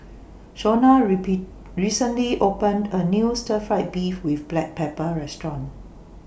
Shonna repeat recently opened A New Stir Fried Beef with Black Pepper Restaurant